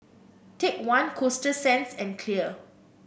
Take One Coasta Sands and Clear